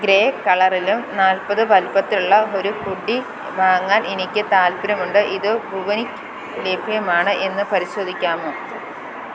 grey കളറിലും നാൽപ്പത് വലുപ്പത്തിലുള്ള ഒരു ഹുഡി വാങ്ങാൻ എനിക്ക് താൽപ്പര്യമുണ്ട് ഇത് വുവയ്ൻക് ലഭ്യമാണ് എന്ന് പരിശോധിക്കാമോ